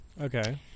Okay